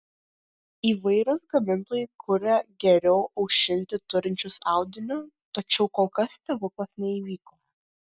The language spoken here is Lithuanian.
įvairūs gamintojai kuria geriau aušinti turinčius audiniu tačiau kol kas stebuklas neįvyko